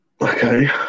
Okay